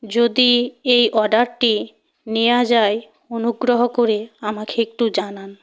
যদি এই অর্ডারটি নেওয়া যায় অনুগ্রহ করে আমাকে একটু জানান